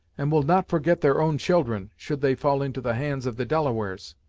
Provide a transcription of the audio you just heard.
and will not forget their own children, should they fall into the hands of the delawares.